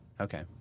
Okay